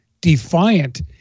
defiant